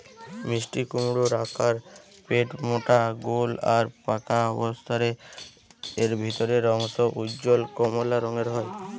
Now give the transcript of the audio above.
মিষ্টিকুমড়োর আকার পেটমোটা গোল আর পাকা অবস্থারে এর ভিতরের অংশ উজ্জ্বল কমলা রঙের হয়